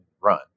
run